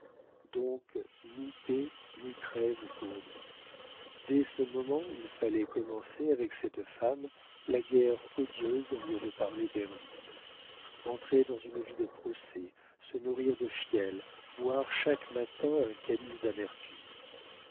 donc ni paix ni trêve pour lui dès ce moment il fallait commencer avec cette femme la guerre odieuse dont lui avait parlé derville entrer dans une vie de procès se nourrir de fiel boire chaque matin un calice d'amertume